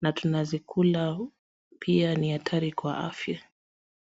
na tunazikula na pia ni hatari kwa afya.